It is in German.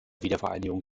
wiedervereinigung